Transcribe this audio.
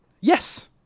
Yes